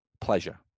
pleasure